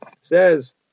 says